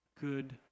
good